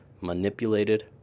manipulated